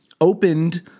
opened